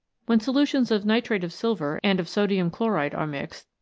when solutions of nitrate of silver and of sodium chloride are mixed,